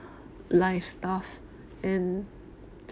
stuff and